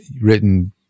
written